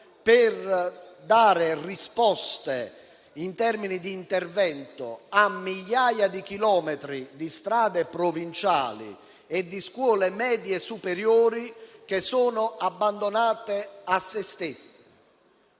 per dare risposte, in termini di intervento, a migliaia di chilometri di strade provinciali e a scuole medie superiori abbandonate a se stesse.